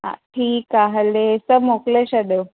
हा ठीकु आहे हले त मोकिले छॾियो